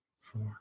four